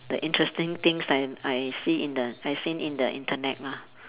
the interesting things that I see in the I seen in the internet lah